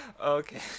Okay